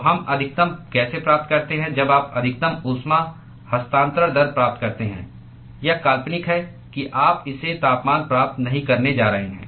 तो हम अधिकतम कैसे प्राप्त करते हैं जब आप अधिकतम ऊष्मा हस्तांतरण दर प्राप्त करते हैं यह काल्पनिक है कि आप इसे तापमान प्राप्त नहीं करने जा रहे हैं